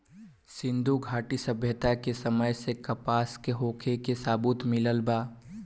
सिंधुघाटी सभ्यता के समय में कपास के होखे के सबूत मिलल बा